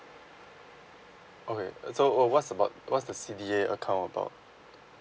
okay uh so what what's about what's the C_D_A account about